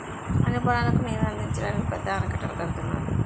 అన్ని పొలాలకు నీరుని అందించడానికి పెద్ద ఆనకట్టలు కడుతున్నారు